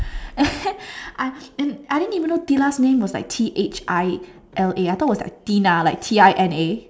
and then I and I didn't even know thila's name was like T H I L A I thought was like Tina like T I N A